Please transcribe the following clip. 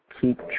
keep